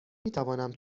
میتوانم